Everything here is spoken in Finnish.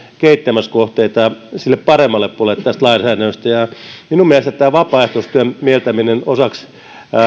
kehittämiskohteita sille paremmalle puolelle tästä lainsäädännöstä minun mielestäni tämä vapaaehtoisuustyön mieltäminen osaksi